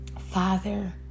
Father